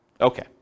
Okay